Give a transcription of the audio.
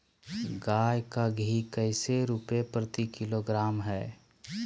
गाय का घी कैसे रुपए प्रति किलोग्राम है?